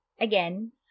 again